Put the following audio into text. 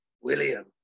William